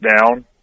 down